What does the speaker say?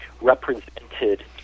represented